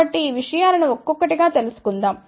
కాబట్టి ఈ విషయాలను ఒక్కొక్కటిగా తెలుసుకుందాం